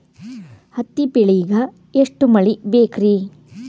ಹತ್ತಿ ಬೆಳಿಗ ಎಷ್ಟ ಮಳಿ ಬೇಕ್ ರಿ?